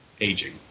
aging